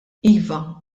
iva